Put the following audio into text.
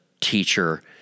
teacher